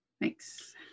Thanks